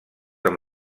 amb